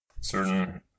certain